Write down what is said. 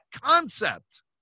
concept